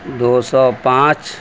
دو سو پانچ